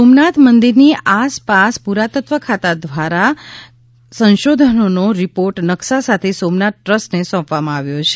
સોમનાથ મંદિરની આસપાસ પુરાતત્વ ખાતા દ્વારા કરાયેલા સંશોધનનો રિપોર્ટ નકશા સાથે સોમનાથ ટ્રસ્ટને સોંપવામાં આવ્યો છે